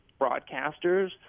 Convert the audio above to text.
broadcasters